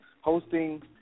hosting